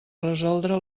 resoldre